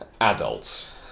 adults